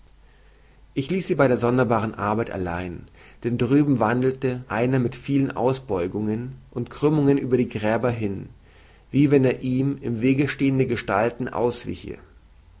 ich ließ sie bei der sonderbaren arbeit allein denn drüben wandelte einer mit vielen ausbeugungen und krümmungen um die gräber hin wie wenn er ihm im wege stehenden gestalten auswiche